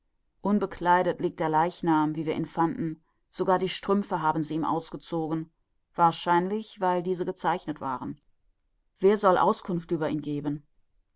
unbekleidet liegt der leichnam wie wir ihn fanden sogar die strümpfe haben sie ihm ausgezogen wahrscheinlich weil diese gezeichnet waren wer soll auskunft über ihn geben